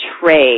trade